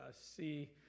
see